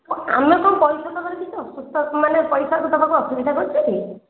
ଆମେ କ'ଣ ପଇସା ଦେବାରେ କିଛି ଅସୁସ୍ଥ ମାନେ ପଇସା ଦେବାକୁ ଅସୁବିଧା କରୁଛୁ କି